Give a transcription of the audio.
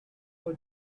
for